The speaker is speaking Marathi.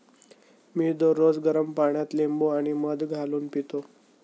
मी दररोज गरम पाण्यात लिंबू आणि मध घालून पितो